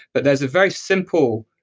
but there's a very simple